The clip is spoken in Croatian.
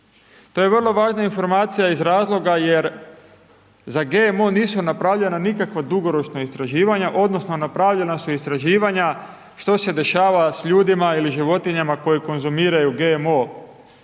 To je vrlo važna informacija iz razloga jer za GMO, nisu napravljena, nikakva dugoročna istraživanja, odnosno, napravljena su istraživanja što se dešava s ljudima ili životinjama koje konzumiraju GMO